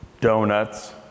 donuts